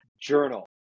journal